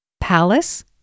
Palace